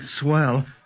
Swell